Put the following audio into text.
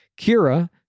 Kira